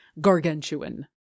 gargantuan